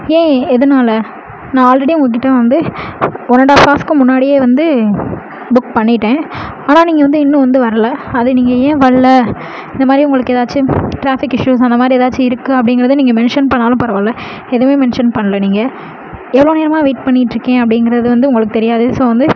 ஏன் எதனால நான் ஆல்ரெடி உங்கள்கிட்ட வந்து ஒன் அண்ட் ஆஃப் ஹார்ஸுக்கும் முன்னாடியே வந்து புக் பண்ணிவிட்டேன் ஆனால் நீங்கள் வந்து இன்னும் வந்து வரலை அது நீங்கள் ஏன் வல்ல இந்தமாதிரி உங்களுக்கு எதாச்சும் டிராஃபிக் இஸ்ஸுஸ் அந்தமாதிரி எதாச்சும் இருக்கு அப்படிங்கிறத நீங்கள் மென்ஷன் பண்ணாலும் பரவாயில்லை எதுவும் மென்ஷன் பண்ணல நீங்கள் எவ்வளோ நேரமாக வெயிட் பண்ணிக்கிட்யிருக்கேன் அப்படிங்கிறத வந்து உங்களுக்கு தெரியாது ஸோ வந்து